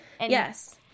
Yes